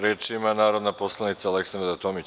Reč ima narodna poslanica Aleksandra Tomić.